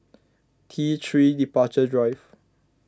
T three Departure Drive